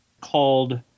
called